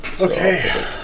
Okay